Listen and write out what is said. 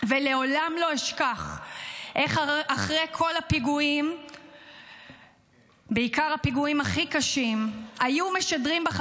ויישר כוח לצה"ל שבא בחשבון עם גדולי המרצחים וממש מונע מהם להמשיך